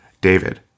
David